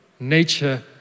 Nature